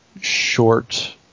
short